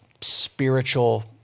spiritual